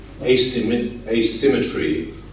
asymmetry